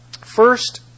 First